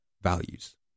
values